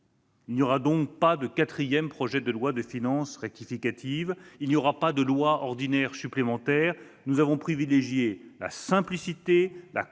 Il n'y aura donc pas de quatrième projet de loi de finances rectificative, ni de loi ordinaire supplémentaire. Nous avons privilégié la simplicité, la